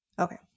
okay